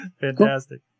Fantastic